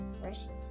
First